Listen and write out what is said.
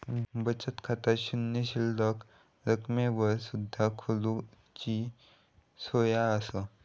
बचत खाता शून्य शिल्लक रकमेवर सुद्धा खोलूची सोया असा